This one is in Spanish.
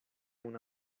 una